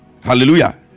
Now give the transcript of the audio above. Hallelujah